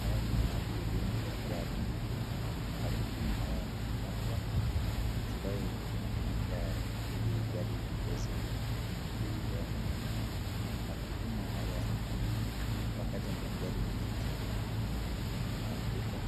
Haya ni magurudumu ya gari, magurudumu haya ni mapya ambayo inatumika ili gari liweze kuenda. Magurudumu haya wakati ambapo gari limeharibika